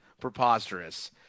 Preposterous